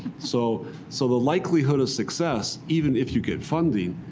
so so the likelihood of success, even if you get funding,